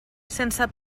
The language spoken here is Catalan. sense